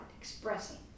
expressing